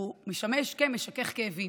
הוא משמש כמשכך כאבים.